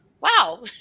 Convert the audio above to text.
wow